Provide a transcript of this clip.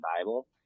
Bible